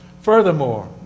Furthermore